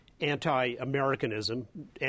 anti-Americanism